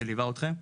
מי שלווה אתכם,